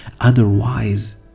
Otherwise